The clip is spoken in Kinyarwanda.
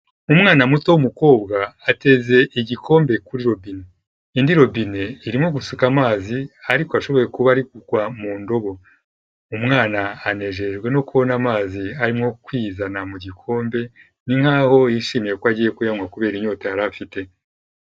Umwana muto w'umukobwa ateze igikombe kuri robine, indi robine irimo gusuka amazi ariko ashobore kuba ari kugwa mu ndobo. Umwana anejejwe no kubona amazi arimo kwizana mu gikombe, ni nk'aho yishimiye ko agiye kuyanywa kubera inyota yari afite.